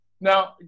now